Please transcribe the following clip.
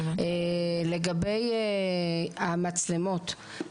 לגבי המצלמות,